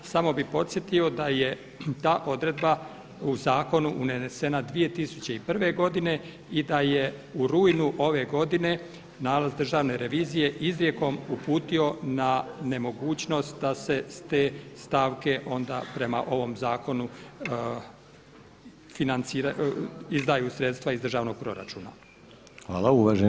Samo bih podsjetio da je ta odredba u zakon unesena 2001. godine i da je u rujnu ove godine nalaz Državne revizije izrijekom uputio na nemogućnost da se s te stavke onda prema ovom zakonu financira, izdaju sredstva iz državnog proračuna.